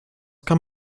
kann